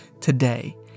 today